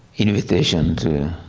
invitation to